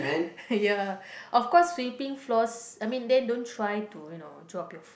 ya of course we think floors I mean then don't try to you know drop your